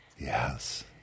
Yes